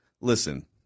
Listen